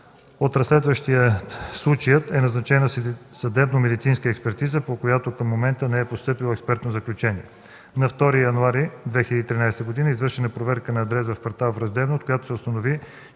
От разследващия случая е назначена съдебно-медицинска експертиза, по която към момента не е постъпило експертно заключение. На 2 януари 2013 г. е извършена проверка на адрес в квартал Враждебна, от която се установи,